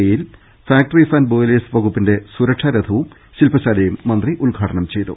ഐയിൽ factories and boilers വകുപ്പിന്റെ സുരക്ഷാരഥവും ശിൽപിശാലയും മന്ത്രി ഉദ്ഘാടനം ചെയ്തു